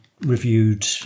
reviewed